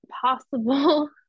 possible